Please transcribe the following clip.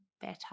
better